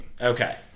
Okay